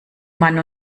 man